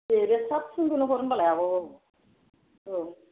दे बै साबसिनखौनो हर होनब्लालाय आब' औ